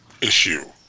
issue